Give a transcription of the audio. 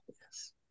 yes